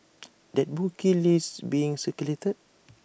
that bookie list being circulated